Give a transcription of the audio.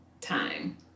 time